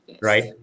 Right